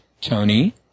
Tony